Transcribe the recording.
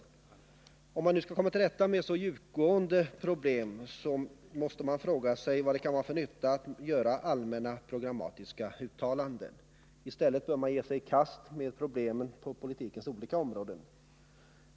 När det gäller att komma till rätta med så djupgående problem måste man fråga sig vad det kan vara för nytta med att göra allmänna programmatiska uttalanden. I stället bör man ge sig i kast med problemen på politikens olika områden.